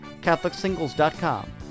CatholicSingles.com